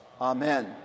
Amen